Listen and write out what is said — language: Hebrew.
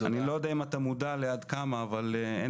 אני לא יודע אם אתה מודע עד כמה אבל אין